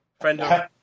friend